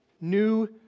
new